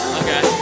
okay